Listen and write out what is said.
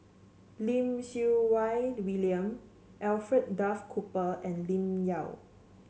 Lim Siew Wai William Alfred Duff Cooper and Lim Yau